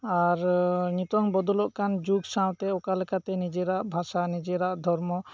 ᱟᱨ ᱱᱤᱛᱚᱜ ᱵᱚᱫᱚᱞᱚᱜ ᱠᱟᱱ ᱡᱩᱜᱽ ᱥᱟᱶᱛᱮ ᱚᱠᱟ ᱞᱮᱠᱟᱛᱮ ᱱᱤᱡᱮᱨᱟᱜ ᱵᱷᱟᱥᱟ ᱱᱤᱡᱮᱨᱟᱜ ᱫᱷᱚᱨᱢᱚ